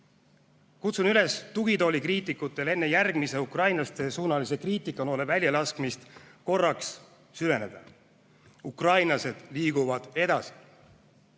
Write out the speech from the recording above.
edasi. Kutsun üles tugitoolikriitikuid enne järgmise ukrainlastesuunalise kriitikanoole väljalaskmist korraks süveneda. Ukrainlased liiguvad edasi.